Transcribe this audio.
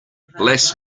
bless